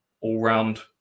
all-round